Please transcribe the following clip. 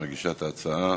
מגישת ההצעה.